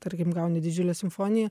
tarkim gauni didžiulę simfoniją